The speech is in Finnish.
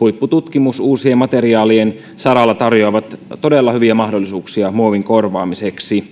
huippututkimus uusien materiaalien saralla tarjoavat todella hyviä mahdollisuuksia muovin korvaamiseksi